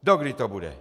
Dokdy to bude?